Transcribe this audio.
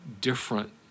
different